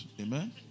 Amen